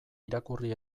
irakurri